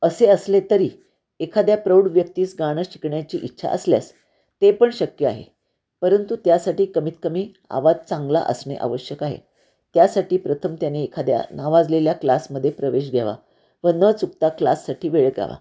असे असले तरी एखाद्या प्रौढ व्यक्तीच गाणं शिकण्याची इच्छा असल्यास ते पण शक्य आहे परंतु त्यासाठी कमीतकमी आवाज चांगला असणे आवश्यक आहे त्यासाठी प्रथम त्याने एखाद्या नावाजलेल्या क्लासमध्येे प्रवेश घ्यावा व न चुकता क्लाससाठी वेळ द्यावा